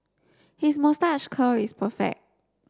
his moustache curl is perfect